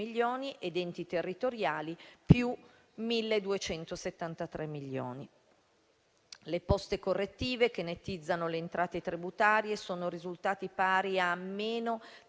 Le poste correttive che nettizzano le entrate tributarie sono risultate pari a -34.730